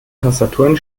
tastaturen